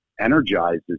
energizes